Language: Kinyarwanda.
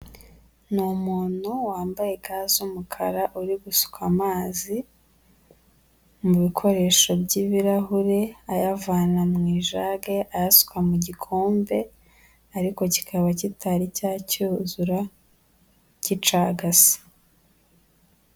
Ni umuntu wambaye ga z'umukara uri gusuka amazi mu bikoresho by'ibirahure ayavana mu ijaga ayasuka mu gikombe, ariko kikaba kitari cyuzura, gicagase.